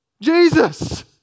Jesus